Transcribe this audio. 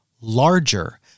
larger